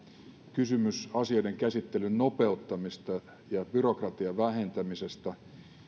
kysymys asioiden käsittelyn nopeuttamisesta ja byrokratian vähentämisestä